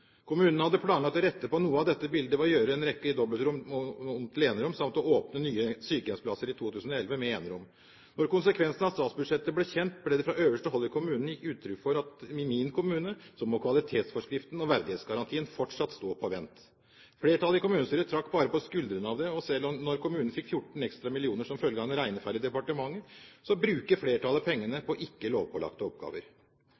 Kommunen hadde planlagt å rette på noe av dette bildet ved å gjøre en rekke dobbeltrom om til enerom samt å åpne nye sykehjemsplasser med enerom i 2011. Da konsekvensene av statsbudsjettet ble kjent, ble det fra øverste hold i kommunen gitt uttrykk for at i min kommune må kvalitetsforskriften og verdighetsgarantien fortsatt stå på vent. Flertallet i kommunestyret trakk bare på skuldrene av det. Og selv da kommunen fikk 14 ekstra millioner som følge av en regnefeil i departementet, brukte flertallet